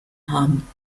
haben